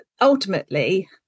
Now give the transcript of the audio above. ultimately